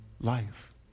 life